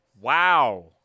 Wow